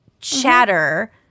chatter